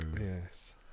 Yes